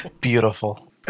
Beautiful